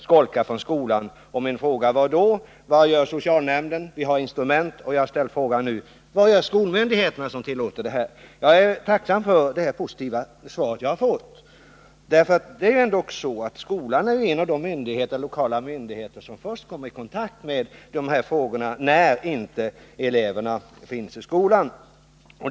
Socialministern frågade jag bl.a.: Vad gör socialnämnden? Vi har ju instrument. Till skolministern ställde jag frågan: Vad gör skolmyndigheterna, eftersom detta tillåts? Jag är tacksam för det positiva svar som jag har fått. Skolan är en av de lokala myndigheter som först kommer i kontakt med dessa frågor, när eleverna inte finns i skolan.